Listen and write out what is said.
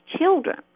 children